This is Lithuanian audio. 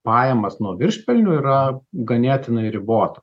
pajamas nuo viršpelnių yra ganėtinai ribota